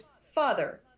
father